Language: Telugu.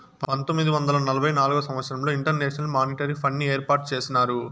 పంతొమ్మిది వందల నలభై నాల్గవ సంవచ్చరంలో ఇంటర్నేషనల్ మానిటరీ ఫండ్ని ఏర్పాటు చేసినారు